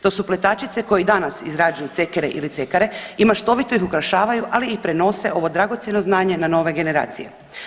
To su pletačice koje i danas izrađuju cekere ili cekare i maštovito ih ukrašavaju ali i prenose ovo dragocjeno znanje na nove generacije.